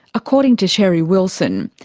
according to cherie wilson.